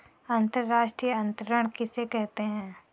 अंतर्राष्ट्रीय अंतरण किसे कहते हैं?